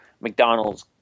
McDonald's